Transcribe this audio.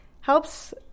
helps